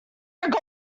think